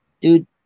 Dude